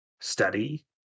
study